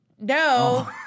No